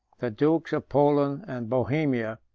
the dukes of poland and bohemia,